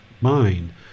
mind